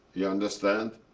you understand,